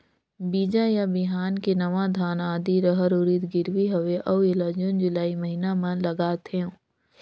बीजा या बिहान के नवा धान, आदी, रहर, उरीद गिरवी हवे अउ एला जून जुलाई महीना म लगाथेव?